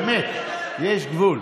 באמת, יש גבול.